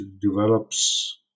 develops